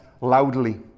loudly